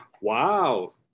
Wow